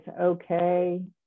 okay